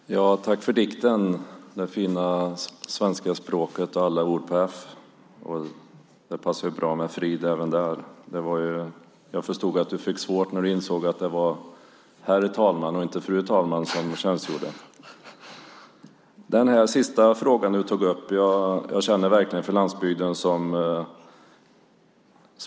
Herr talman! Jag vill tacka Lennart Pettersson för dikten med det fina svenska språket och alla ord på f! Det passar bra med Frid även där. Jag förstår att du fick det svårt när du insåg att det var herr talman och inte fru talman som tjänstgjorde. Som småjordbrukarson från Varaslätten känner jag verkligen för landsbygden.